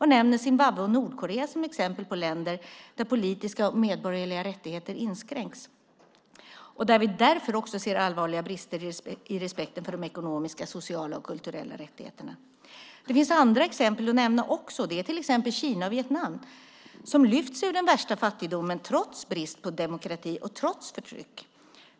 Han nämner Zimbabwe och Nordkorea som exempel på länder där politiska och medborgerliga rättigheter inskränks och där man ser allvarliga brister i respekten för de ekonomiska, sociala och kulturella rättigheterna. Det finns andra exempel att nämna, till exempel Kina och Vietnam. Dessa har lyfts ur den värsta fattigdomen trots brist på demokrati och trots förtryck.